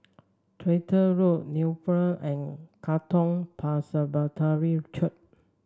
Tractor Road Napier and Katong Presbyterian Church